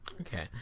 okay